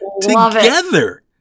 together